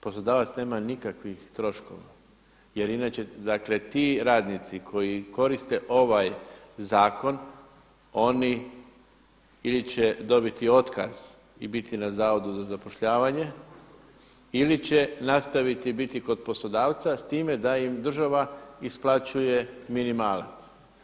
Poslodavac nema nikakvih troškova, jer inače dakle ti radnici koji koriste ovaj zakon oni ili će dobiti otkaz i biti na Zavodu za zapošljavanje ili će nastaviti biti kod poslodavca s time da im država isplaćuje minimalac.